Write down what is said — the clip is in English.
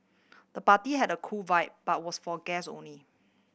the party had a cool vibe but was for guest only